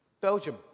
Belgium